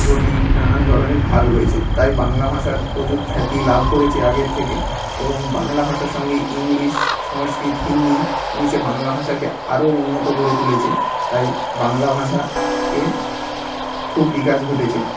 ঘটি নানান ধরনের ভাগ রয়েছে তাই বাংলা ভাষা প্রচুর খ্যাতি লাভ করেছে আগের থেকে এবং বাংলা ভাষার সঙ্গে ইংলিশ সংস্কৃত হিন্দি মিশে বাংলা ভাষাকে আরো উন্নত করে তুলেছে তাই বাংলা ভাষাকে খুব বিকাশ ঘটেছে